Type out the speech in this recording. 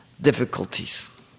difficulties